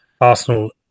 Arsenal